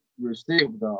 received